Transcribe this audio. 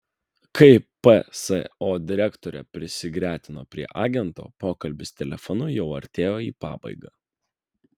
kai pso direktorė prisigretino prie agento pokalbis telefonu jau artėjo į pabaigą